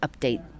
update